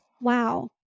wow